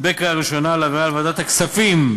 בקריאה ראשונה ולהעבירה לוועדת הכספים,